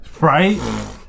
Right